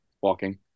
walking